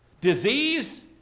disease